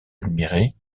admirait